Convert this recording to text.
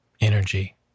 energy